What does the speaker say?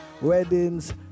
weddings